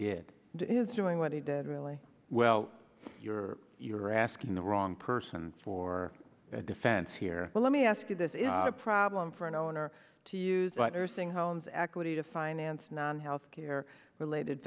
and is doing what he did really well you're you're asking the wrong person for the defense here well let me ask you this is a problem for an owner to use right or sing homes equity to finance non health care related